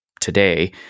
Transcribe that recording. today